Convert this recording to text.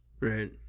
right